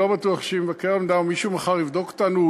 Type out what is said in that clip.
אני לא בטוח שאם מבקר המדינה או מישהו מחר יבדוק אותנו,